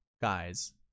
guys